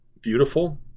beautiful